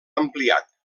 ampliat